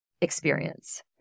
experience